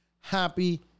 Happy